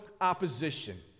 opposition